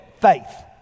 faith